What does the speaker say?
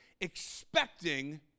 expecting